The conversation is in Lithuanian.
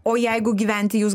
o jeigu gyventi jūs